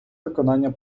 виконання